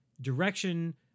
direction